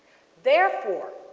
therefore,